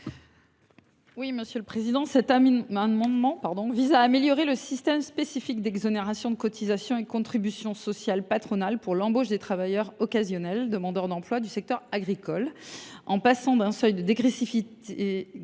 Nathalie Delattre. Cet amendement vise à améliorer le dispositif spécifique d’exonération de cotisations et de contributions sociales patronales pour l’embauche de travailleurs occasionnels demandeurs d’emploi du secteur agricole, en faisant passer le seuil de dégressivité